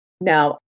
Now